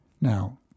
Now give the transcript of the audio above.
Now